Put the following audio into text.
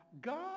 God